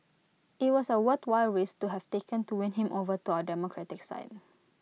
IT was A worthwhile risk to have taken to win him over to our democratic side